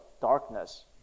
darkness